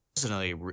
personally